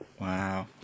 wow